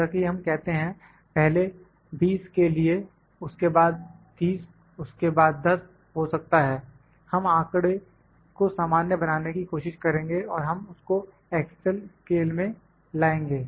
जैसा कि हम कहते हैं पहले 20 के लिए उसके बाद 30 उसके बाद 10 हो सकता है हम आंकड़े को सामान्य बनाने की कोशिश करेंगे और हम उसको एकल स्केल में लाएंगे